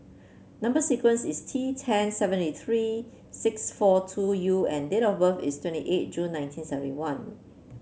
number sequence is T ten seventy three six four two U and date of birth is twenty eight June nineteen seventy one